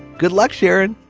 good luck, sharon.